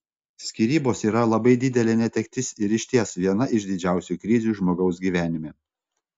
skyrybos yra labai didelė netektis ir išties viena iš didžiausių krizių žmogaus gyvenime